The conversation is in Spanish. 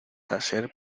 hacer